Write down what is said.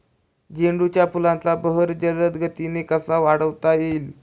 झेंडू फुलांचा बहर जलद गतीने कसा वाढवता येईल?